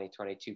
2022